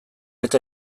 eta